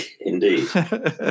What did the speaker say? Indeed